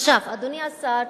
עכשיו, אדוני השר,